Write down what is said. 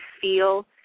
feel